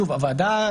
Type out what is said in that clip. הוועדה,